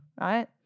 right